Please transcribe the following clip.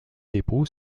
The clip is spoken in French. dépôt